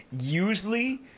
usually